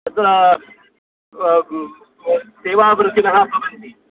तत्र सेवावृतिनः भवन्ति